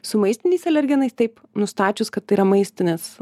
su maistiniais alergenais taip nustačius kad tai yra maistinis